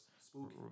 Spooky